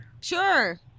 Sure